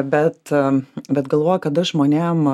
bet bet galvoju kad aš žmonėm